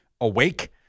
awake